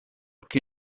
che